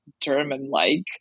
German-like